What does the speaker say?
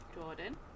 Jordan